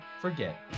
forget